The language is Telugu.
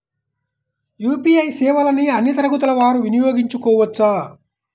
యూ.పీ.ఐ సేవలని అన్నీ తరగతుల వారు వినయోగించుకోవచ్చా?